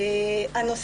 בשאלה